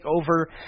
over